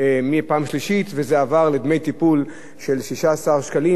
מפעם שלישית, וזה עבר לדמי טיפול של 16 שקלים.